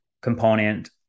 component